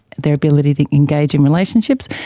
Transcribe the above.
their ability to engage in relationships,